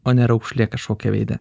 o ne raukšlė kažkokia veide